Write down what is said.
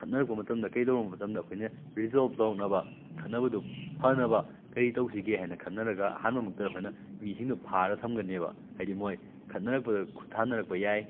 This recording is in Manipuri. ꯈꯠꯅꯔꯛꯄ ꯃꯇꯝꯗ ꯀꯩꯗꯧꯔꯛꯄ ꯃꯇꯝꯗ ꯑꯩꯈꯣꯏꯅ ꯔꯤꯖꯣꯜꯞ ꯇꯧꯅꯕ ꯈꯠꯅꯕꯗꯨ ꯐꯅꯕ ꯀꯔꯤ ꯇꯧꯁꯤꯒꯦ ꯍꯥꯏꯅ ꯈꯟꯅꯔꯒ ꯑꯍꯥꯟꯕ ꯃꯛꯇꯗ ꯑꯩꯈꯣꯏꯅ ꯃꯤꯁꯤꯡꯗꯨ ꯐꯥꯔ ꯊꯝꯒꯅꯦꯕ ꯍꯥꯏꯗꯤ ꯃꯣꯏ ꯈꯠꯅꯔꯛꯄꯗ ꯈꯨꯠ ꯊꯥꯅꯔꯛꯄ ꯌꯥꯏ